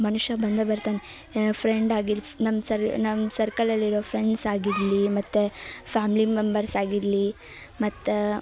ಮನುಷ್ಯ ಬಂದೇ ಬರ್ತಾನೆ ಏನು ಫ್ರೆಂಡ್ ಆಗಿರ್ಸ್ ನಮ್ಮ ಸರ್ ನಮ್ಮ ಸರ್ಕಲ್ ಅಲ್ಲಿರೊ ಫ್ರೆಂಡ್ಸ್ ಆಗಿರಲಿ ಮತ್ತು ಫ್ಯಾಮ್ಲಿ ಮೆಂಬರ್ಸ್ ಆಗಿರಲಿ ಮತ್ತು